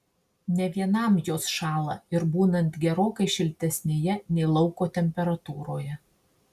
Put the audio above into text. ne vienam jos šąla ir būnant gerokai šiltesnėje nei lauko temperatūroje